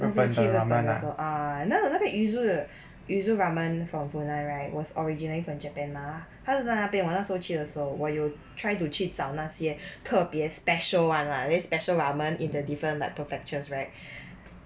那时去日本的时侯 ah 那那个 yuzu 的 yuzu ramen from funan right was originated from japan mah 他在那边我那时去的时候我有 try to 去找那些特别 special one lah special ramen in the different prefectures right